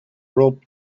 rob